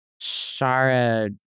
Shara